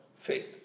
faith